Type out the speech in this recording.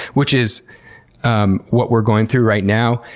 which is um what we're going through right now.